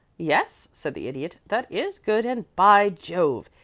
yes, said the idiot. that is good, and, by jove!